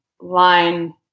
line